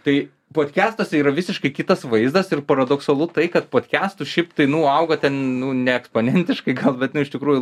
tai podkestuose yra visiškai kitas vaizdas ir paradoksalu tai kad podkestų šiaip tai nu auga ten nu ne eksponentiškai gal bet nu iš tikrųjų